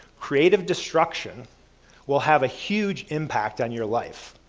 creative destruction will have a huge impact on your life.